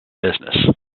business